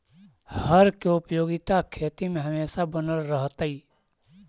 हर के उपयोगिता खेती में हमेशा बनल रहतइ